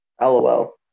Lol